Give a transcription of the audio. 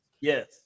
Yes